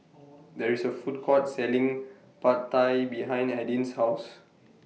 There IS A Food Court Selling Pad Thai behind Adin's House